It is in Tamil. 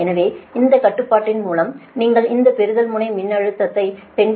எனவே இந்த கட்டுப்பாட்டின் மூலம் நீங்கள் இந்த பெறுதல் முனை மின்னழுத்தத்தை 10